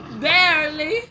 Barely